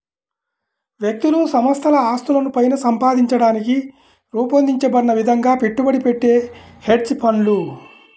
వ్యక్తులు సంస్థల ఆస్తులను పైన సంపాదించడానికి రూపొందించబడిన విధంగా పెట్టుబడి పెట్టే హెడ్జ్ ఫండ్లు